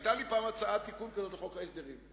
היתה לי פעם הצעת תיקון כזאת לחוק ההסדרים: